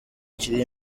kiri